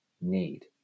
need